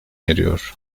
eriyor